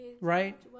right